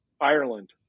Ireland